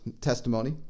testimony